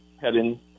heading